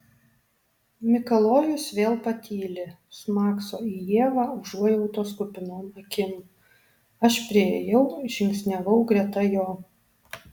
mikalojus vėl patyli smakso į ievą užuojautos kupinom akim aš priėjau žingsniavau greta jo